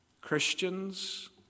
Christians